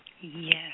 Yes